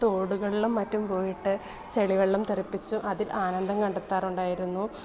തോടുകളിലും മറ്റും പോയിട്ട് ചളി വെള്ളം തെറുപ്പിച്ച് അതിൽ ആനന്ദം കണ്ടെത്താറുണ്ടായിരുന്നു